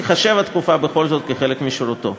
תיחשב התקופה בכל זאת כחלק משירותו.